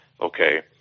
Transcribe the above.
Okay